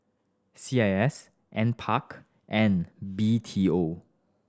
C I S NPARK and B T O